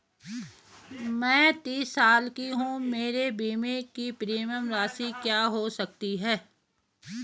मैं तीस साल की हूँ मेरे बीमे की प्रीमियम राशि क्या हो सकती है?